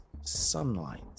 sunlight